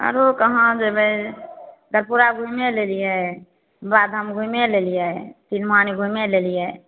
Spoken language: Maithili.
आरो कहाँ जेबय गरपुरा घुमय लेलियै बाबाधाम घुमि लेलियै तिरमानी घुमिये लेलियै